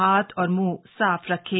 हाथ और मुंह साफ रखें